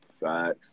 Facts